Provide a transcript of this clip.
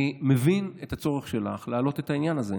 אני מבין את הצורך שלך להעלות את העניין הזה.